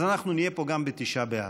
אז אנחנו נהיה פה גם בתשעה באב.